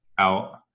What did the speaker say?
out